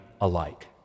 alike